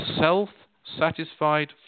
self-satisfied